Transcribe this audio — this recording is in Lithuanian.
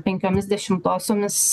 penkiomis dešimtosiomis